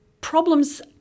problems